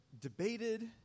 debated